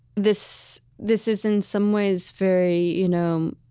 this this is, in some ways, very you know